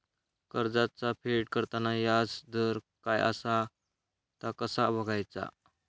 कर्जाचा फेड करताना याजदर काय असा ता कसा बगायचा?